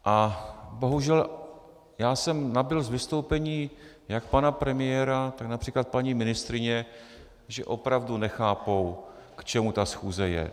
A bohužel já jsem nabyl z vystoupení jak pana premiéra, tak například paní ministryně, že opravdu nechápou, k čemu ta schůze je.